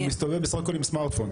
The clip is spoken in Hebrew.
הוא מסתובב סך הכול עם סמרטפון.